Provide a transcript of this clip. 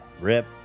Rip